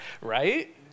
Right